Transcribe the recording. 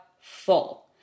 full